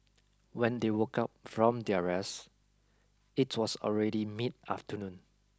when they woke up from their rest it was already mid afternoon